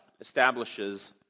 establishes